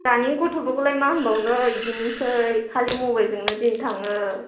दानि गथ'फोरखौलाय मा होनबावनो बिदिनोसै खालि मबाइलजोंनो दिन थाङो